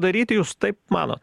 daryti jūs taip manot